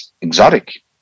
exotic